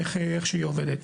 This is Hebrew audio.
איך שהיא עובדת.